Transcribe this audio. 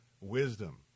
wisdom